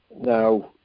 now